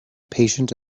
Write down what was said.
patient